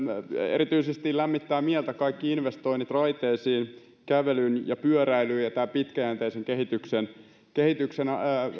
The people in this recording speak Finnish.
erityisesti lämmittävät mieltä kaikki investoinnit raiteisiin kävelyyn ja pyöräilyyn ja tämä pitkäjänteisen kehityksen kehityksen